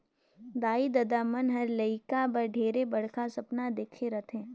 दाई ददा मन हर लेइका बर ढेरे बड़खा सपना देखे रथें